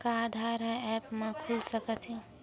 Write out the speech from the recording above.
का आधार ह ऐप म खुल सकत हे?